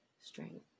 strength